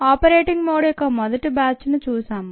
operating mode యొక్క మొదట batch ను చూసాము